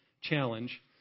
challenge